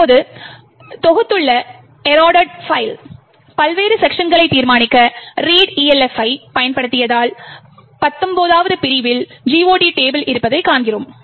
நாம் இப்போது தொகுத்துள்ள எரோடெட் பைல்லின் பல்வேறு செக்க்ஷன்களைத் தீர்மானிக்க readelf ஐ பயன்படுத்தினால் 19 வது பிரிவில் GOT டேபிள் இருப்பதைக் காண்கிறோம்